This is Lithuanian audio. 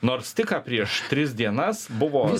nors tik ką prieš tris dienas buvo